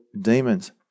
demons